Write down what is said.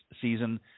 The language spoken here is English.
season